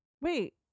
Wait